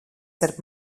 starp